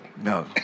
No